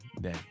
day